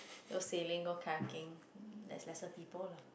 go sealing go cracking there's lesser people lah